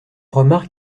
remarque